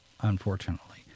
unfortunately